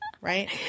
right